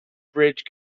bridge